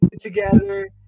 together